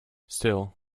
still